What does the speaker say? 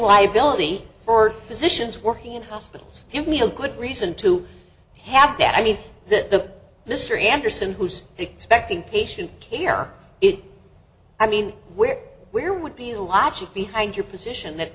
liability for physicians working in hospitals and me a good reason to have that i mean that the mr anderson who's expecting patient care it i mean where where would be the logic behind your position that